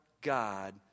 God